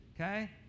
Okay